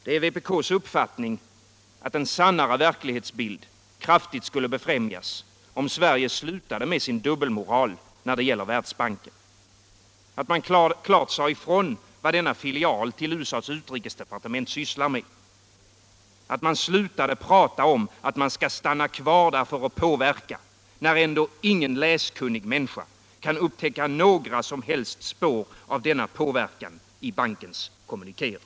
Det är vpk:s uppfattning att denna sannare verklighetsbild kraftigt skulle befrämjas, om Sverige slutade med sin dubbelmoral när det gäller Världsbanken — att man sade klart ut vad denna filial till USA:s utrikesdepartement sysslar med, att man slutade prata om att man skall stanna kvar för att påverka. när ändå ingen läskunnig människa kan upptäcka några som helst spår av denna påverkan i bankens kommunikéer.